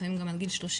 לפעמים גם עד גיל 30,